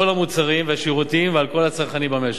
המוצרים והשירותים ועל כל הצרכנים במשק,